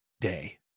day